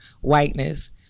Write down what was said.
whiteness